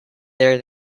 there